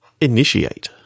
Initiate